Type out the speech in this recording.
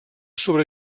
sobre